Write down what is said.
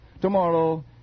Tomorrow